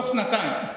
בתוך שנתיים,